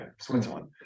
Switzerland